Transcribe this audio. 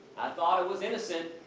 i thought it was innocent.